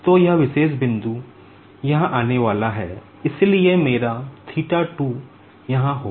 तो यह विशेष बिंदु यहाँ आने वाला है इसलिए मेरा theta 2 यहाँ होगा